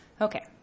Okay